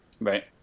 Right